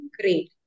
Great